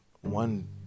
one